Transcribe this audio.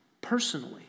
personally